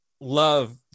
love